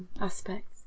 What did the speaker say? aspects